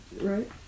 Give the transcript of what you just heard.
right